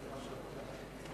התש"ע 2010, נתקבל.